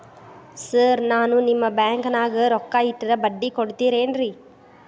Sir ನಾನು ನಿಮ್ಮ ಬ್ಯಾಂಕನಾಗ ರೊಕ್ಕ ಇಟ್ಟರ ಬಡ್ಡಿ ಕೊಡತೇರೇನ್ರಿ?